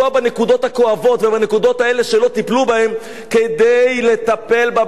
הכואבות ובנקודות האלה שלא טיפלו בהן כדי לטפל בבעיה הזאת,